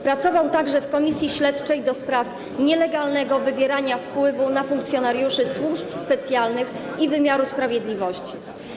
Pracował także w Komisji Śledczej ds. nielegalnego wywierania wpływu na funkcjonariuszy służb specjalnych i wymiaru sprawiedliwości.